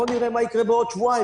בוא נראה מה יקרה בעוד שבועיים,